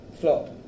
Flop